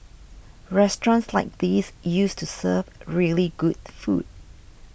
restaurants like these used to serve really good food